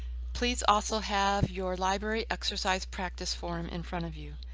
please also have your library exercise practice form in front of you.